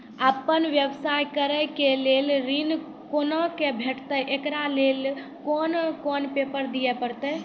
आपन व्यवसाय करै के लेल ऋण कुना के भेंटते एकरा लेल कौन कौन पेपर दिए परतै?